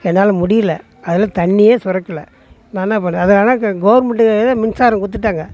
என்னால் முடியல அதில் தண்ணியே சுரக்கல நான் என்ன பண்ண அது ஆனாக்கா கவுர்மெண்ட்டு மின்சாரம் கொடுத்துட்டாங்க